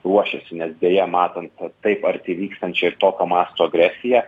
ruošiasi nes deja matant taip arti vykstančią ir tokio masto agresiją